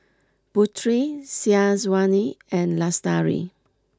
Putri Syazwani and Lestari